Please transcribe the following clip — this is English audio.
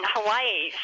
Hawaii